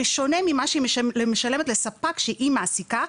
בשונה ממה שהיא משלמת לספק שהיא מעסיקה,